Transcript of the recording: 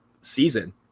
season